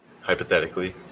Hypothetically